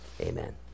Amen